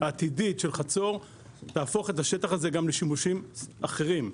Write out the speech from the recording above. העתידית של חצור תהפוך את השטח הזה גם לשימושים אחרים,